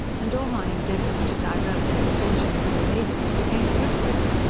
and all my endeavours to divert their attention from the ladies became fruitless.